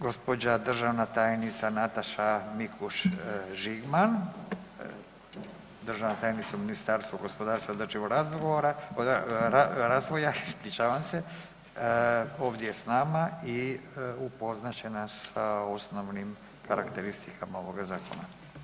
Gospođa državna tajnica Nataša Mikuš Žigman, državna tajnica u Ministarstvu gospodarstva i održivog razgovora, razvoja, ispričavam se, ovdje je s nama i upoznat će nas sa osnovnim karakteristikama ovoga zakona.